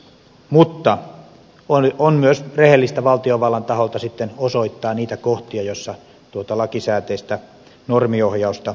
mutta on myös rehellistä valtiovallan taholta sitten osoittaa niitä kohtia joissa tuota lakisääteistä normiohjausta kevennetään